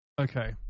okay